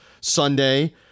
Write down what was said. Sunday